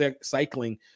cycling